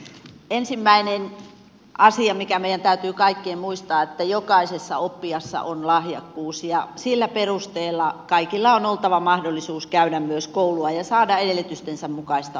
ensimmäinen asia mikä meidän kaikkien täytyy muistaa on että jokaisessa oppijassa on lahjakkuus ja sillä perusteella kaikilla on oltava mahdollisuus käydä myös koulua ja saada edellytystensä mukaista opetusta